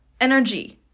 energy